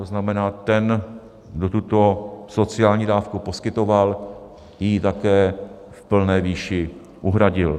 To znamená, ten, kdo tuto sociální dávku poskytoval, ji také v plné výši uhradil.